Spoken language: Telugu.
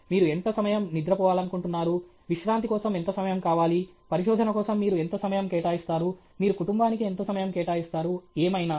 మీరు ఎంత సమయం నిద్రపోవాలనుకుంటున్నారు విశ్రాంతి కోసం ఎంత సమయం కావాలి పరిశోధన కోసం మీరు ఎంత సమయం కేటాయిస్తారు మీరు కుటుంబానికి ఎంత సమయం కేటాయిస్తారు ఏమైనా